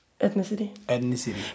Ethnicity